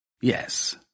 Yes